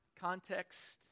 context